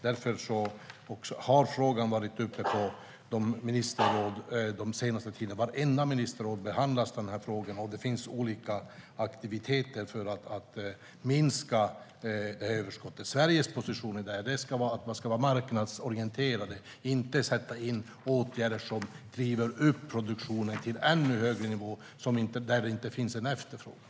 Därför har frågan behandlats på vartenda ministerråd den senaste tiden. Det finns olika aktiviteter för att minska överskottet. Sveriges position är att man ska vara marknadsorienterad och inte sätta in åtgärder som driver upp produktionen till ännu högre nivå där det inte finns en efterfrågan.